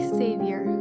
savior